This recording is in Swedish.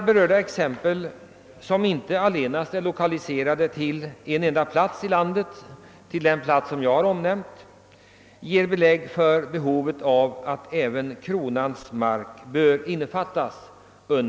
Berörda exempel ger belägg för behovet av att ensittarlagen utsträckes att gälla även för kronans mark.